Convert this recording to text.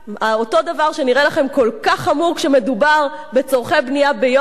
אותו דבר שנראה לכם כל כך חמור כשמדובר בצורכי בנייה ביהודה ושומרון,